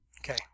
okay